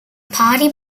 party